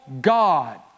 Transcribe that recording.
God